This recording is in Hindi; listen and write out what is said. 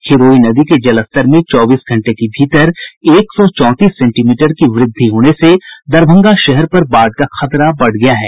खिरोई नदी के जलस्तर में चौबीस घंटे के भीतर एक सौ चौंतीस सेंटीमीटर की वृद्धि होने से दरभंगा शहर पर बाढ़ का खतरा बढ़ गया है